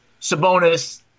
Sabonis